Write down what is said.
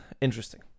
interesting